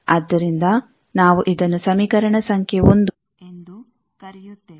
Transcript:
ಆದ್ದರಿಂದ ನಾವು ಇದನ್ನು ಸಮೀಕರಣ ಸಂಖ್ಯೆ 1 ಎಂದು ಕರೆಯುತ್ತೇವೆ